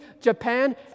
Japan